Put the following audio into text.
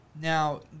now